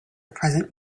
present